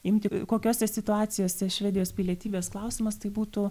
imti kokiose situacijose švedijos pilietybės klausimas tai būtų